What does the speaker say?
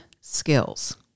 skills